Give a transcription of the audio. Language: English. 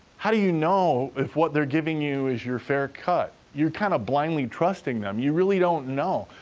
how do you know if what they're giving you is your fair cut? you're kinda blindly trusting them. you really don't know.